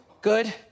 Good